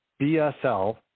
BSL